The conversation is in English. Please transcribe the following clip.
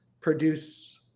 produce